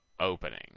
opening